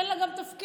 אין לה גם תפקיד,